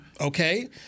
okay